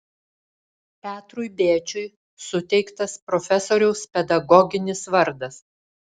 petrui bėčiui suteiktas profesoriaus pedagoginis vardas